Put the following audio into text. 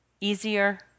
easier